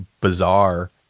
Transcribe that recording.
bizarre